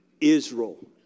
Israel